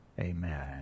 Amen